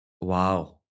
wow